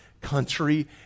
country